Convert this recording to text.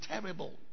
terrible